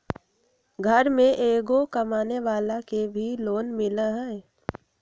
घर में एगो कमानेवाला के भी लोन मिलहई?